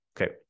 okay